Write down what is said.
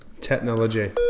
technology